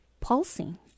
pulsing